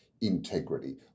integrity